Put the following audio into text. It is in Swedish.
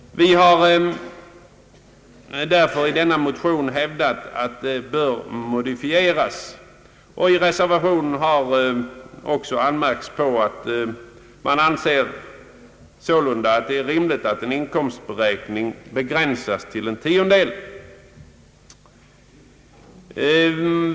Vi har därför i vår motion hävdat att reglerna bör modifieras. I reservationen har också anmärkts att man sålunda anser det rimligt att en inkomstberäkning begränsas till en tiondel.